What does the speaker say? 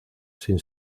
sin